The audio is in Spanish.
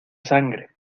sangre